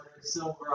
silver